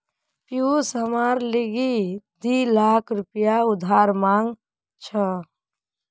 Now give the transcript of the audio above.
पियूष हमार लीगी दी लाख रुपया उधार मांग छ